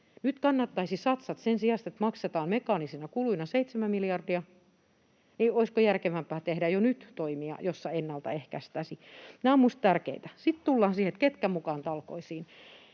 Nyt kannattaisi satsata. Sen sijaan, että maksetaan mekaanisina kuluina 7 miljardia, olisiko järkevämpää tehdä jo nyt toimia, joilla ennalta ehkäistäisiin? Nämä ovat minusta tärkeitä. Sitten tullaan siihen, että ketkä mukaan talkoisiin.